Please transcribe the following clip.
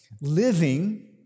Living